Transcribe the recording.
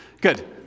Good